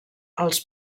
als